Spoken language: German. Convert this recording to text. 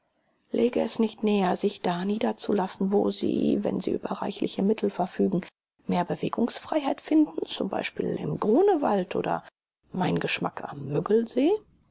läge es nicht näher sich da niederzulassen wo sie wenn sie über reichliche mittel verfügen mehr bewegungsfreiheit finden zum beispiel im grunewald oder mein geschmack am müggelsee